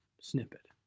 snippet